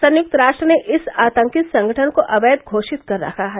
संयुक्त राष्ट्र ने इस आतंकी संगठन को अवैध घोषित कर रखा है